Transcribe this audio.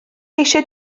eisiau